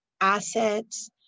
assets